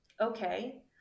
okay